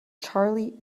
charlie